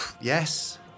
Yes